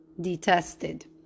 detested